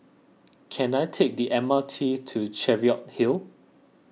can I take the M R T to Cheviot Hill